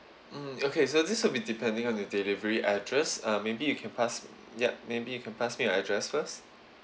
mm okay so this will be depending on your delivery address uh maybe you can pass ya maybe you can pass me your address first